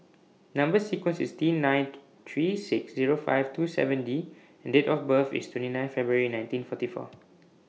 Number sequence IS T nine three six Zero five two seven D and Date of birth IS twenty nine February nineteen forty four